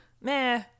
meh